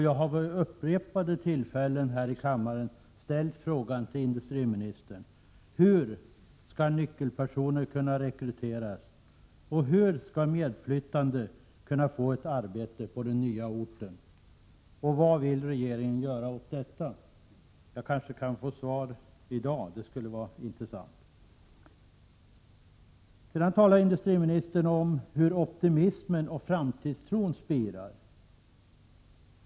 Jag har vid upprepade tillfällen ställt frågor till utrikesministern: Hur skall nyckelpersoner kunna rekryteras och hur skall medflyttande kunna få ett arbete på den nya orten? Vad vill regeringen göra åt detta? Jag kanske kan få svar i dag — det skulle vara intressant. Industriministern talar om hur optimismen och framtidstron spirar.